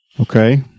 Okay